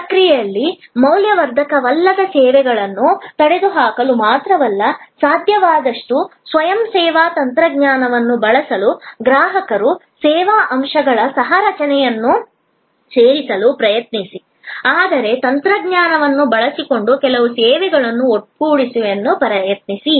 ಈ ಪ್ರಕ್ರಿಯೆಯಲ್ಲಿ ಮೌಲ್ಯವರ್ಧಕವಲ್ಲದ ಸೇವೆಗಳನ್ನು ತೊಡೆದುಹಾಕಲು ಮಾತ್ರವಲ್ಲ ಸಾಧ್ಯವಾದಷ್ಟು ಸ್ವಯಂ ಸೇವಾ ತಂತ್ರಜ್ಞಾನವನ್ನು ಬಳಸಲು ಗ್ರಾಹಕರು ಸೇವಾ ಅಂಶಗಳ ಸಹ ರಚನೆಯನ್ನು ಸೇರಿಸಲು ಪ್ರಯತ್ನಿಸಿ ಆದರೆ ತಂತ್ರಜ್ಞಾನವನ್ನು ಬಳಸಿಕೊಂಡು ಕೆಲವು ಸೇವೆಗಳನ್ನು ಒಟ್ಟುಗೂಡಿಸಲು ಪ್ರಯತ್ನಿಸಿ